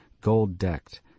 gold-decked